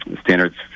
standards